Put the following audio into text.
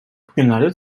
bugünlerde